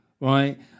right